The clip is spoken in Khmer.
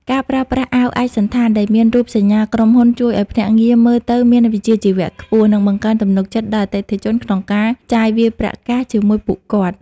ការប្រើប្រាស់ "អាវឯកសណ្ឋាន" ដែលមានរូបសញ្ញាក្រុមហ៊ុន ជួយឱ្យភ្នាក់ងារមើលទៅមានវិជ្ជាជីវៈខ្ពស់ និងបង្កើនទំនុកចិត្តដល់អតិថិជនក្នុងការចាយវាយប្រាក់កាសជាមួយពួកគាត់។